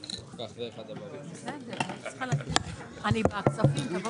בסך של 565,210 אלפי ש"ח במזומן